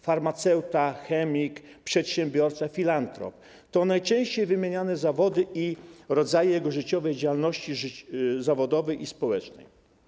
Farmaceuta, chemik, przedsiębiorca, filantrop to najczęściej wymieniane zawody i rodzaje jego działalności zawodowej i społecznej.